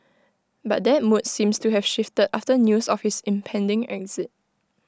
but that mood seems to have shifted after news of his impending exit